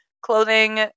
clothing